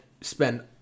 spend